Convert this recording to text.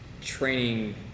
training